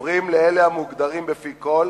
חוברים לאלה המוגדרים בפי כול